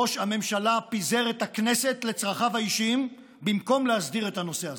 ראש הממשלה פיזר את הכנסת לצרכיו האישיים במקום להסדיר את הנושא הזה.